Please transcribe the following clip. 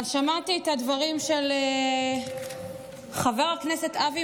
אבל שמעתי את הדברים של חבר הכנסת אבי